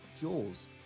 Jaws